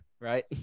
right